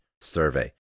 survey